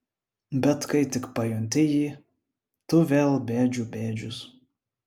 bet kai tik pajunti jį tu vėl bėdžių bėdžius